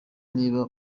niba